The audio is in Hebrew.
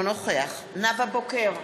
אינו נוכח נאוה בוקר,